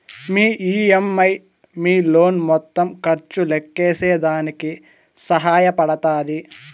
మీ EMI మీ loan మొత్తం ఖర్చు లెక్కేసేదానికి సహాయ పడతాది